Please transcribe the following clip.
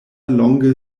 longe